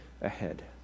ahead